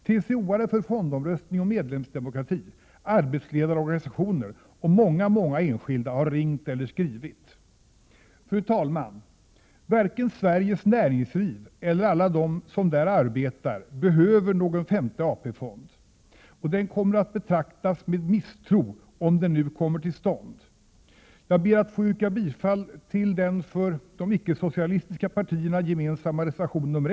TCO-are för fondomröstning och medlemsdemokrati, arbetsledarorganisationer och många enskilda har ringt eller skrivit. Fru talman! Varken Sveriges näringsliv eller de som där arbetar behöver någon femte AP-fond, och den kommer att betraktas med misstro om den nu kommer till stånd. Jag ber att få yrka bifall till den för de icke-socialistiska partierna gemensamma reservation nr 1.